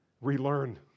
relearn